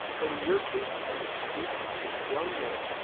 but in your case, as a student, as a young man,